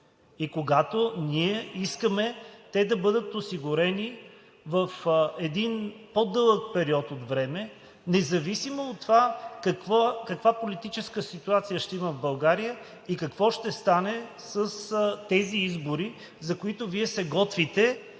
и когато ние искаме те да бъдат осигурени в един по-дълъг период от време, независимо от това каква политическа ситуация ще има в България и какво ще стане с тези избори, за които Вие се готвите